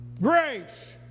grace